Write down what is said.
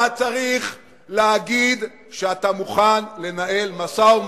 אתה צריך להגיד שאתה מוכן לנהל משא-ומתן,